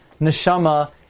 neshama